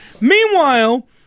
Meanwhile